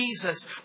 Jesus